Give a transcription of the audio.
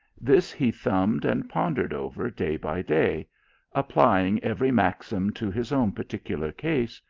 this he thumbed and pondered over day by day apply ing every maxim to his own particular case,